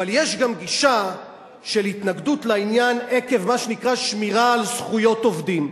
אבל יש גם גישה של התנגדות לעניין עקב מה שנקרא שמירה על זכויות עובדים.